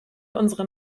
unseren